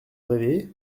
réveillé